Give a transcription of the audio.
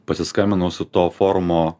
pasiskambinau su to forumo